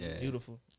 Beautiful